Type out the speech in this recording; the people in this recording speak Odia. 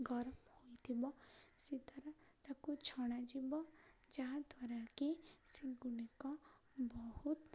ଗରମ ହୋଇଥିବ ସେଦ୍ଵାରା ତାକୁ ଛଣାାଯିବ ଯାହାଦ୍ୱାରା କିି ସେଗୁଡ଼ିକ ବହୁତ